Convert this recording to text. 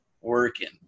working